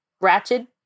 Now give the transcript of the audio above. Ratchet